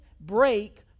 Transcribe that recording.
break